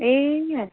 ए